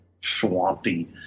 swampy